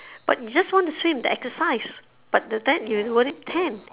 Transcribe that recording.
but you just want to swim to exercise but the time you worth it tan